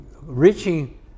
reaching